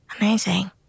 Amazing